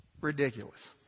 Ridiculous